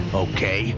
okay